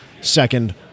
second